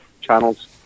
channels